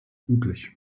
üblich